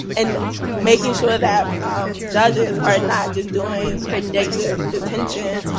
and making sure that judges are not just doing predictive detention,